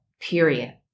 period